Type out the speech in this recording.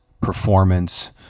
performance